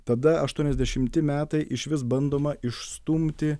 tada aštuoniasdešimti metai išvis bandoma išstumti